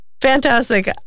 Fantastic